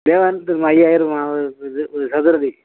ஐயாயிரம்மா ஆகுதும்மா ஒரு சதுரடி